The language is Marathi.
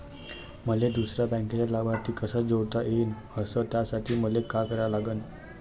मले दुसऱ्या बँकेचा लाभार्थी कसा जोडता येईन, अस त्यासाठी मले का करा लागन?